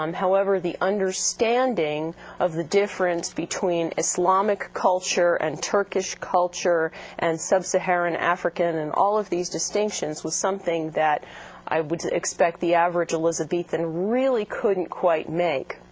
um however, the understanding of the difference between islamic culture and turkish culture and sub-saharan african and all of these distinctions was something that i would expect the average elizabethan really couldn't quite make.